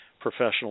professional